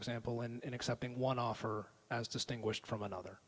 example and accepting one offer as distinguished from another